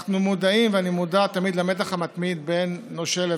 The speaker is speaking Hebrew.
אנחנו מודעים ואני מודע תמיד למתח המתמיד